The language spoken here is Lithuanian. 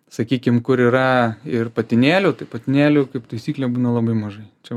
sakykim kur yra ir patinėlių tai patinėlių kaip taisyklė būna labai mažai čia